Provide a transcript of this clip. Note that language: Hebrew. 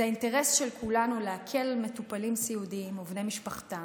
זה האינטרס של כולנו להקל על מטופלים סיעודיים ובני משפחתם,